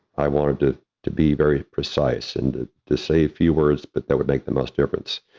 i wanted to to be very precise, and this a few words, but that would make the most difference.